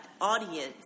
audience